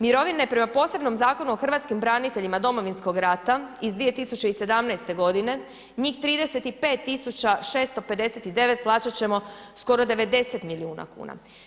Mirovne prema posebnom Zakonu o hrvatskim braniteljima Domovinskog rata iz 2017. g., njih 35 659, plaćat ćemo skoro 90 milijuna kuna.